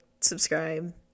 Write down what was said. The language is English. subscribe